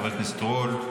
חבר הכנסת רול.